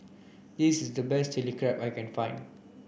this is the best Chilli Crab that I can find